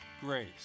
grace